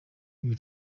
ibi